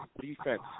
defense